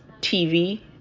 TV